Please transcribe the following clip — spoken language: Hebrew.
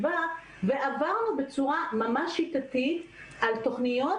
איזשהו צוות חשיבה ועברנו בצורה ממש שיטתית על תכניות